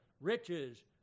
riches